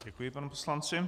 Děkuji panu poslanci.